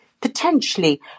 potentially